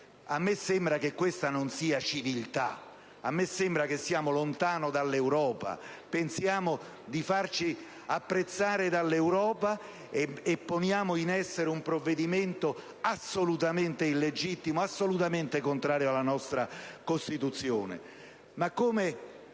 A me sembra che questa non sia civiltà: a me sembra che siamo lontani dall'Europa. Pensiamo di farci apprezzare dall'Europa e poniamo in essere un provvedimento assolutamente illegittimo, assolutamente contrario alla nostra Costituzione.